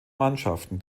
mannschaften